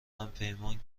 همپیمان